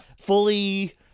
Fully